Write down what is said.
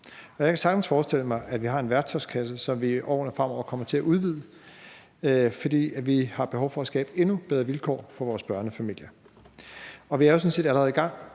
Jeg kan sagtens forestille mig, vi har en værktøjskasse, som vi i årene fremover kommer til at udvide, fordi vi har behov for at skabe endnu bedre vilkår for vores børnefamilier. Vi er jo sådan set allerede i gang.